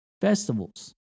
festivals